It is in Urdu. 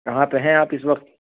کہاں پہ ہیں آپ اس وقت